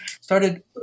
started